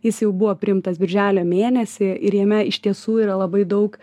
jis jau buvo priimtas birželio mėnesį ir jame iš tiesų yra labai daug